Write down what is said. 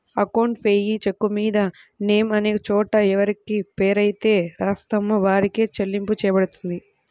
account payee చెక్కుమీద name అనే చోట ఎవరిపేరైతే రాత్తామో వారికే చెల్లింపు చెయ్యబడుతుంది